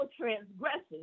transgressions